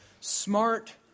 smart